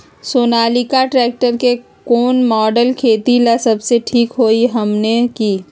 Sonalika tractor के कौन model खेती ला सबसे ठीक होई हमने की?